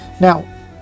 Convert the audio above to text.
Now